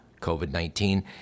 COVID-19